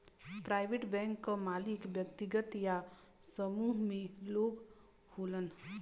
private bank क मालिक व्यक्तिगत या समूह में लोग होलन